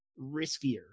riskier